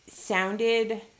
sounded